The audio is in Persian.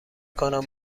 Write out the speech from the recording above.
کنم